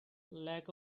lack